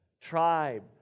tribe